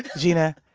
gina.